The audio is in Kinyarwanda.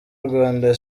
rwanda